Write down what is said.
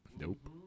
Nope